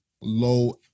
low